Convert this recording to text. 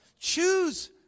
choose